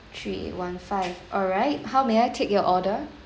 three eight one five alright how may I take your order